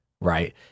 Right